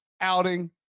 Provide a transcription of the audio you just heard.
outing